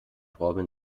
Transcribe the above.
robin